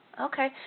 Okay